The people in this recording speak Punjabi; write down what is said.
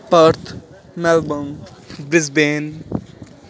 Bharat Melbourne Brisbane